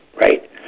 right